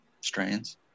strains